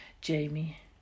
Jamie